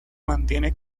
mantiene